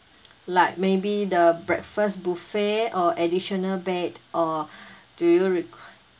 like maybe the breakfast buffet or additional bed or do you req~